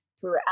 throughout